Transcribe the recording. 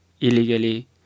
illegally